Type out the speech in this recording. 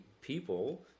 people